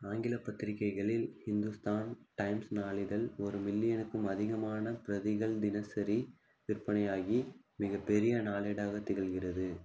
ஆங்கிலப் பத்திரிகைகளில் ஹிந்துஸ்தான் டைம்ஸ் நாளிதழ் ஒரு மில்லியனுக்கும் அதிகமான பிரதிகள் தினசரி விற்பனையாகி மிகப் பெரிய நாளேடாகத் திகழ்கிறது